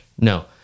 No